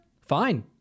fine